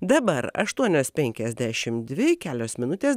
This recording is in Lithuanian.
dabar aštuonios penkiasdešimt dvi kelios minutės